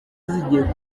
zijyiye